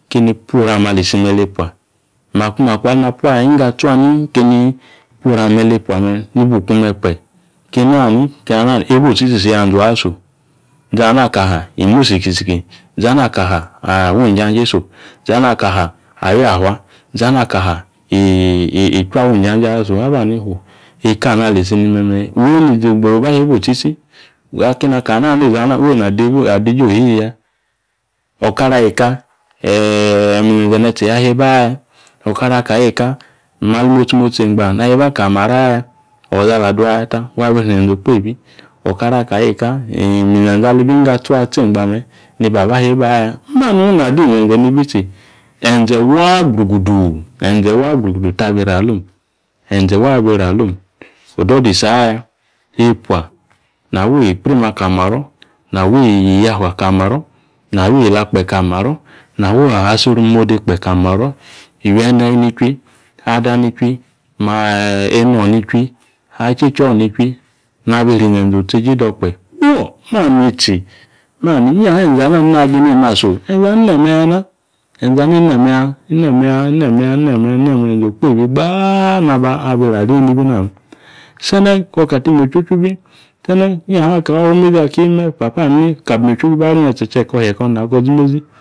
Keni puo oru ali isi me̱ lepua makwa aleni apua inggo atsua ni keni puo oru ame̱ lepua me̱ nibu kume̱ kpe eba otsitsi isi nianza aso. Izina ka ha imu sikisiki, izina ka ha awi njanje so, izina kana ka ha awiafa. Izana ka ha ichwi awa injanje aso. Naba ka ha fuo ekani aliisi me̱me̱ woyi nizi gbra oba heba otsitsi, akeni aka ha nani izina woyi na adeeje oshishi ya. O̱karo ayo eka eeyi mize̱nze̱ ne̱tse yaka heba aya. O̱kara aka ayo eka malimotsi motsi engba na heba kali maro aya. O̱izi ala dua yata wabi sri ize̱nze̱ okpeebi okara aka ayo̱ eka iminze̱nze̱ alibi inggo atsua atso engba me̱ nibaba heba aya. Ma nung ina adi inze̱nze̱ nibi tsi e̱nze̱ waa gbruguduu e̱nze̱ waa gbruguduu tabi iro alom. E̱nze waa abi iro alom. O̱do̱do̱ isi aya, epua na wi ikprima kali maro̱, na wi yafa kali imaro̱ na wi yeela kpe kali maro, na wa aboru imode kali maro̱ iywi ene nichwi, ada nichwi eno̱ nichwi ali icheche o̱ nichwi nabi isri inze̱nze̱ otseje do̱ kpe. Fuo, manitsi mani, inyaha enze ana nina agi nena so. Ezena ninemayara, e̱nze̱ na inemeya inemeya inemeya inemeya inemeya e̱nze̱ okpeebi gbaa nabi iro̱ arii nibi na me̱. Se̱ne̱ kaka timanyi ochuochu bi inyaha kori imezi akimime papo̱ hani kabi manyi ochuochu bare ne̱tse̱ che ko naa ko zime̱zi.